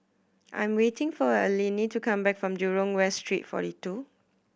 I am waiting for Eleni to come back from Jurong West Street Forty Two